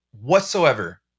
whatsoever